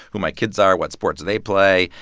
who my kids are, what sports they play.